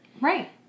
Right